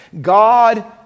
God